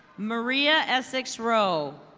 maria essex row.